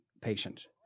patient